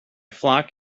flock